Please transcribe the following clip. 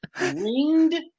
ringed